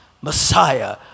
Messiah